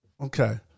Okay